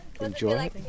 enjoy